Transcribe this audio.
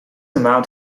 amount